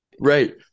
right